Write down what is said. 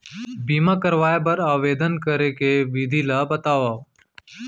बीमा करवाय बर आवेदन करे के विधि ल बतावव?